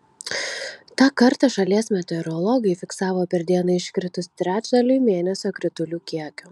tą kartą šalies meteorologai fiksavo per dieną iškritus trečdaliui mėnesio kritulių kiekio